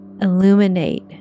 illuminate